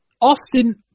Austin